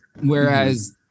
Whereas